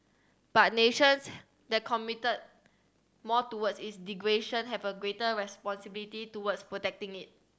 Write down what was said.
but nations that commit more towards its degradation have a greater responsibility towards protecting it